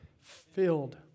filled